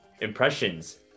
impressions